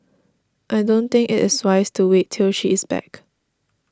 I don't think it is wise to wait till she is back